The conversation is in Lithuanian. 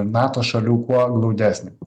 nato šalių kuo glaudesnė